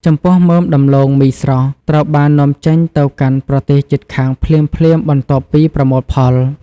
ចំពោះមើមដំឡូងមីស្រស់ ត្រូវបាននាំចេញទៅកាន់ប្រទេសជិតខាងភ្លាមៗបន្ទាប់ពីប្រមូលផល។